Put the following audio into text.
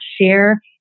share